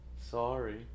Sorry